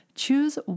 choose